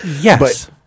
Yes